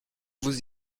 vous